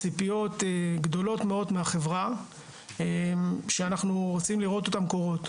צפיות גדולות מאוד מהחברה שאנחנו רוצים לראות אותן מתממשות.